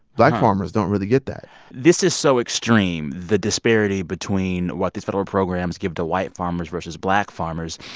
black farmers don't really get that this is so extreme, the disparity between what these federal programs give to white farmers versus black farmers.